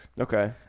Okay